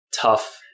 tough